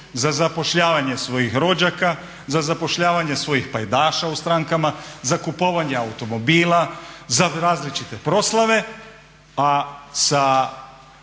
za zapošljavanje svojih rođaka, za zapošljavanje svojih pajdaša u strankama, za kupovanje automobila, za različite proslave, a sa